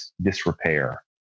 disrepair